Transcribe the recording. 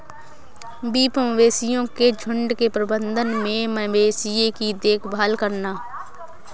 beef मवेशियों के झुंड के प्रबंधन में मवेशियों की देखभाल करना